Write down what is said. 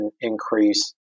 increase